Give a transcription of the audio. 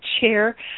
chair